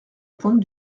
pointe